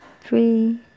three